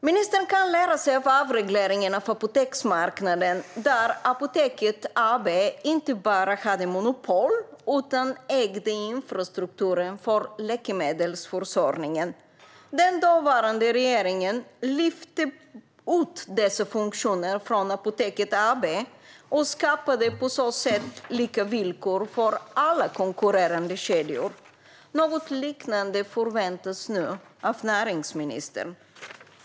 Ministern kan lära sig av avregleringen av apoteksmarknaden, där Apoteket AB inte bara hade monopol utan också ägde infrastrukturen för läkemedelsförsörjningen. Dåvarande regering lyfte ut dessa funktioner från Apoteket AB och skapade på så sätt lika villkor för alla konkurrerande kedjor. Något liknande förväntas nu av näringsministern.